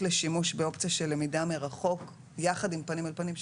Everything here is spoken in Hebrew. לשימוש באופציה של למידה מרחוק יחד עם פנים אל פנים.